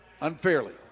unfairly